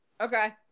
Okay